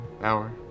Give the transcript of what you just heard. Hour